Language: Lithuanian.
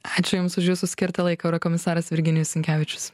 ačiū jums už jūsų skirtą laiką eurokomisaras virginijus sinkevičius